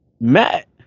Matt